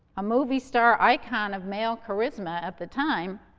a movie star icon of male charisma at the time,